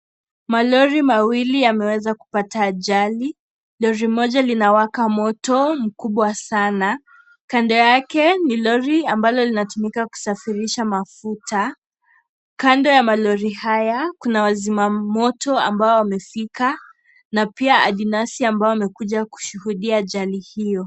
Malori mawili yameweza kupata ajali , lori moja linawaka moto mkubwa sana . Kando yake ni lori ambalo ambalo linatumika kusafirisha mafuta . Kando ya malori haya kuna wazimamoto ambao wamefika na pia adinasi ambao wamefika kushuhudia ajali hiyo.